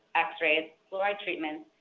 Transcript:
x-rays, fluoride treatments,